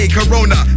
Corona